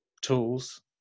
tools